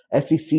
SEC